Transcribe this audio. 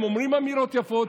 אומרים אמירות יפות.